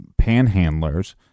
panhandlers